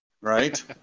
Right